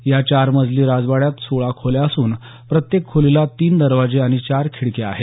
या चार मजली राजवाड्यात सोळा खोल्या असून प्रत्येक खोलीला तीन दरवाजे आणि चार खिडक्या आहेत